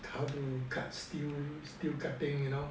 how to cut steel steel cutting you know